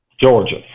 Georgia